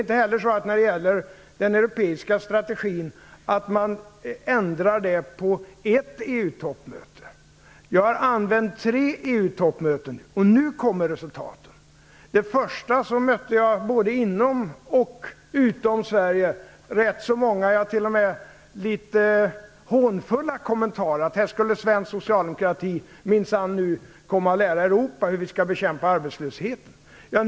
Inte heller ändrar man den europeiska strategin på ett EU-toppmöte. Jag har använt tre EU-toppmöten, och nu kommer resultaten. Först mötte jag både inom och utom Sverige rätt så många, t.o.m. litet hånfulla, kommentarer, om att här skulle svensk socialdemokrati minsann lära Europa hur arbetslösheten skall bekämpas.